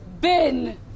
bin